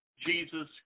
Jesus